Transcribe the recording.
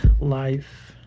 life